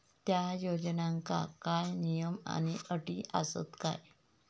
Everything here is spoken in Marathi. त्या योजनांका काय नियम आणि अटी आसत काय?